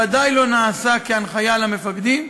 בוודאי לא נעשה כהנחיה למפקדים,